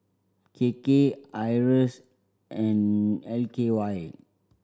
K K IRAS and L K Y